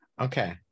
Okay